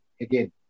again